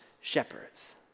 shepherds